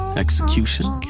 execution.